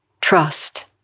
trust